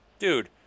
Dude